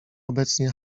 obecnie